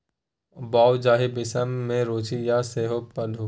बौंआ जाहि विषम मे रुचि यै सैह पढ़ु